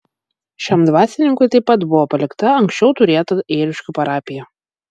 šiam dvasininkui taip pat buvo palikta anksčiau turėta ėriškių parapija